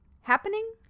happening